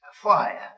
fire